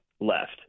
left